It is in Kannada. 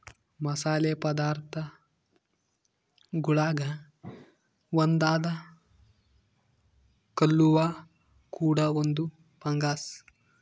ಮಸಾಲೆ ಪದಾರ್ಥಗುಳಾಗ ಒಂದಾದ ಕಲ್ಲುವ್ವ ಕೂಡ ಒಂದು ಫಂಗಸ್